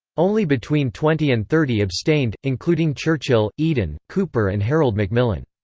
only between twenty and thirty abstained, including churchill, eden, cooper and harold macmillan.